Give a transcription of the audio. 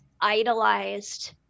idolized